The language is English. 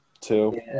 two